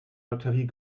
lotterie